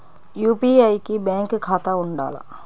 UPI కి bank ఖాతా ఉండాల?